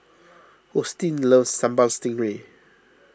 Hosteen loves Sambal Stingray